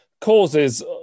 causes